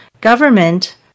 government